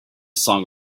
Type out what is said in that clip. song